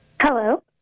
Hello